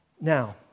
Now